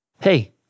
Hey